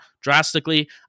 drastically